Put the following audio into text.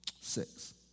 six